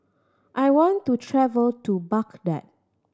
I want to travel to Baghdad